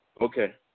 Okay